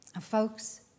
Folks